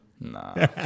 Nah